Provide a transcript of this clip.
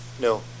No